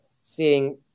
seeing